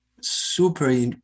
super